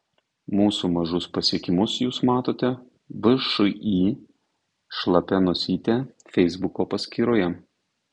mūsų mažus pasiekimus jūs matote všį šlapia nosytė feisbuko paskyroje